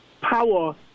power